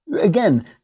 again